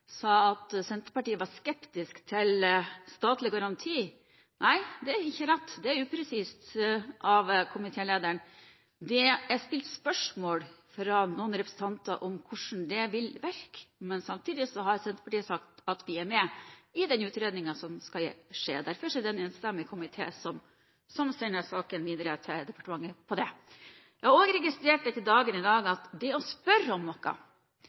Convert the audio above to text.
sa at Senterpartiet var skeptisk til statlig garanti. Nei, det er ikke rett, det er upresist av komitélederen – jeg stilte spørsmål til noen representanter om hvordan dette vil virke. Samtidig har Senterpartiet sagt at vi er med på den utredningen som skal skje. Derfor er det en enstemmig komité som sender denne saken videre til departementet. Jeg har også registrert i dag at det å spørre om